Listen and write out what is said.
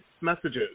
messages